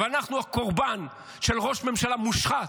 אבל אנחנו הקורבן של ראש ממשלה מושחת,